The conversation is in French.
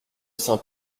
saint